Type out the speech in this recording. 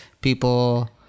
people